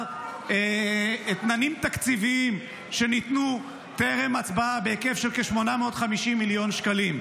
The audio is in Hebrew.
אתננים תקציביים שניתנו טרם ההצבעה בהיקף של כ-850 מיליון שקלים.